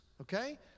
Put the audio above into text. okay